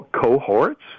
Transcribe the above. cohorts